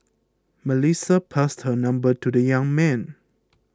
Melissa passed her number to the young man